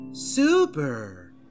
super